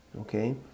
okay